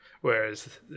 whereas